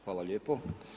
Hvala lijepo.